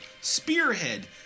spearhead